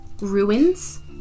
ruins